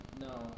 No